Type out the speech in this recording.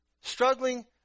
struggling